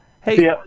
Hey